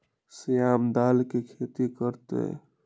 श्याम दाल के खेती कर तय